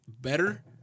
better